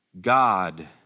God